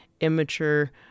immature